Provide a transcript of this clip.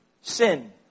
Sin